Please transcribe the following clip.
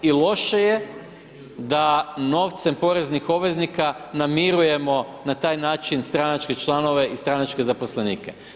I loše je da novcem poreznih obveznika namirujemo na taj način stranačke članove i stranačke zaposlenike.